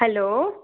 hello